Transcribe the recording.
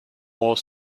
more